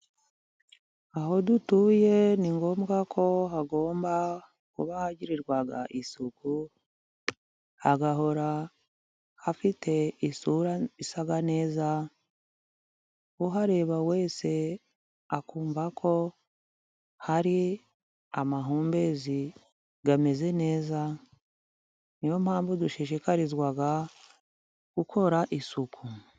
Aho dutuye ni ngombwa ko hagomba kuba hagirirwa isuku，hagahora hafite isura isa neza，uhareba wese akumva ko hari amahumbezi amezeze neza. Niyo mpamvu dushishikarizwa gukora isuku.